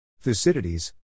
Thucydides